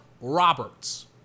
Roberts